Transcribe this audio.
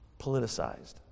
politicized